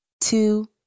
Two